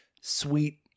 sweet